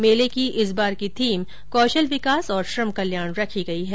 मेले की इस बार की थीम कौशल विकास और श्रम कल्याण रखी गई है